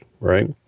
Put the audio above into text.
right